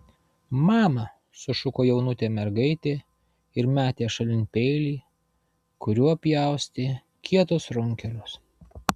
mama sušuko jaunutė mergaitė ir metė šalin peilį kuriuo pjaustė kietus runkelius